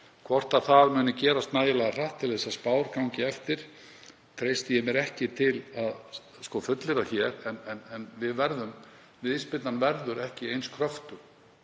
Hvort það mun gerast nægilega hratt til þess að spár gangi eftir treysti ég mér ekki til að fullyrða hér, en viðspyrnan verður ekki eins kröftug.